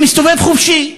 שמסתובב חופשי,